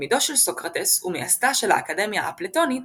תלמידו של סוקרטס ומייסדה של האקדמיה האפלטונית,